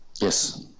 Yes